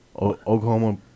Oklahoma